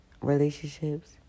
relationships